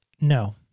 no